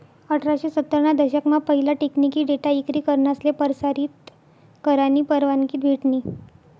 अठराशे सत्तर ना दशक मा पहिला टेकनिकी डेटा इक्री करनासले परसारीत करानी परवानगी भेटनी